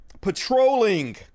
patrolling